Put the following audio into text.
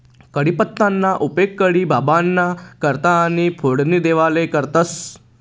कढीपत्ताना उपेग कढी बाबांना करता आणि फोडणी देवाले करतंस